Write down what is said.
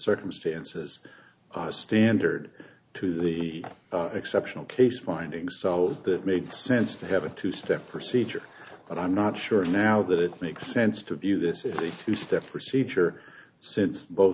circumstances are standard to the exceptional case findings so that made sense to have a two step procedure but i'm not sure now that it makes sense to view this as a two step procedure since both